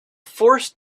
forced